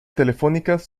telefónicas